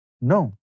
No